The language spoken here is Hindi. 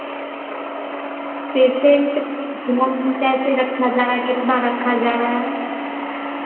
पेसेन्ट को में कैसे रखा जा रहा हे कितना रखा जा रहा है